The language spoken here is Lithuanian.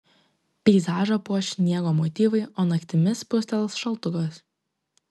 peizažą puoš sniego motyvai o naktimis spustels šaltukas